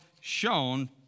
shown